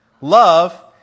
Love